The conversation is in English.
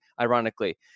ironically